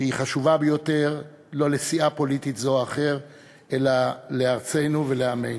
שהיא חשובה ביותר לא לסיעה פוליטית זו או אחרת אלא לארצנו ולעמנו.